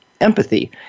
empathy